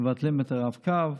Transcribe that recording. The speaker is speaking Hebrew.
מבטלים את הרב-קו.